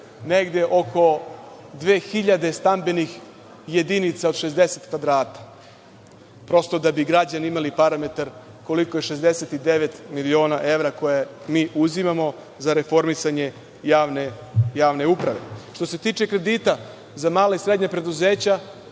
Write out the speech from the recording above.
negde oko 2000 stambenih jedinica od 60 kvadrata, prosto da bi građani imali parametar koliko je 69 miliona evra koje mi uzimamo za reformisanje javne uprave. Što se tiče kredita za mala i srednja preduzeća,